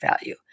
value